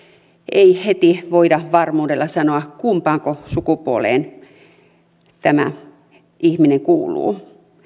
ei heti voida varmuudella sanoa kumpaanko sukupuoleen tämä ihminen kuuluu